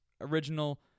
original